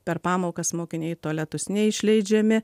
per pamokas mokiniai į tualetus neišleidžiami